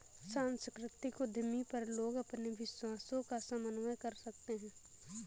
सांस्कृतिक उद्यमी पर लोग अपने विश्वासों का समन्वय कर सकते है